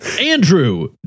Andrew